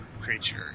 creature